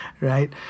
right